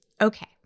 Okay